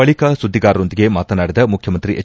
ಬಳಕ ಸುದ್ದಿಗಾರರೊಂದಿಗೆ ಮಾತನಾಡಿದ ಮುಖ್ಯಮಂತ್ರಿ ಎಚ್